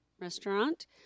restaurant